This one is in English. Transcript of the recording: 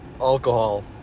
alcohol